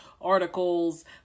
articles